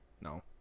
No